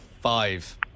Five